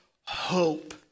hope